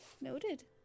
Noted